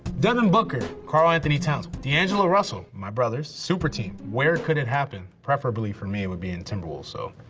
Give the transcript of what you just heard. devin booker, karl anthony-towns, d'angelo russell, my brothers, super team, where could it happen? preferably for me, it would be in timberwolves so,